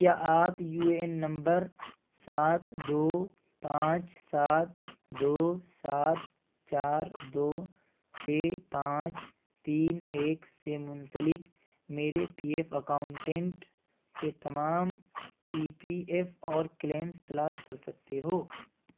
کیا آپ U N number سات دو پانچ سات دو سات چار دو چھ پانچ تین ایک سے منسلک میرے پی ایف اکاؤنٹنٹ کے تمام ای پی ایف اور کلیمز تلاش کر سکتے ہو